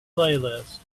playlist